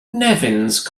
concept